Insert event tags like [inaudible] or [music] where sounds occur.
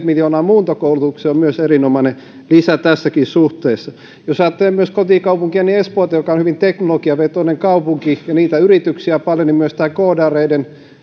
[unintelligible] miljoonaa muuntokoulutukseen on erinomainen lisä tässäkin suhteessa jos ajattelen myös kotikaupunkiani espoota joka on hyvin teknologiavetoinen kaupunki ja niitä yrityksiä on paljon niin myös tämä koodareiden